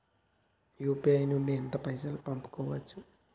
UPI నుండి ఎంత పైసల్ పంపుకోవచ్చు?